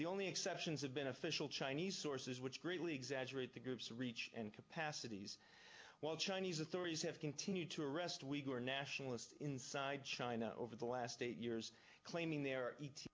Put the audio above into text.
the only exceptions have been official chinese sources which greatly exaggerate the group's reach and capacities while chinese authorities have continued to arrest weaker nationalist inside china over the last eight years claiming the